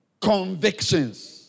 Convictions